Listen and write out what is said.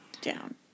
down